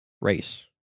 race